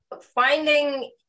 finding